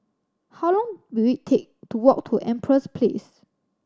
how long will it take to walk to Empress Place